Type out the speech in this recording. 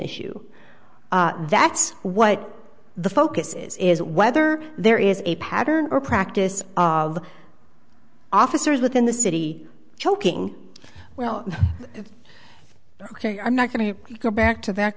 issue that's what the focus is is whether there is a pattern or practice of officers within the city choking well ok i'm not going to go back to that